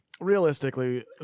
Realistically